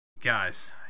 guys